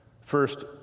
First